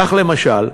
כך, למשל,